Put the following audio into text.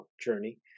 journey